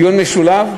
דיון משולב?